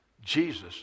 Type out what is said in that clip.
Jesus